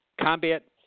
Combat